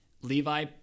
Levi